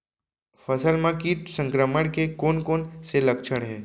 फसल म किट संक्रमण के कोन कोन से लक्षण हे?